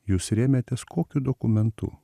jūs rėmėtės kokiu dokumentu